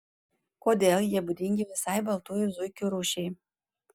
kodėl jie būdingi visai baltųjų zuikių rūšiai